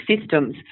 systems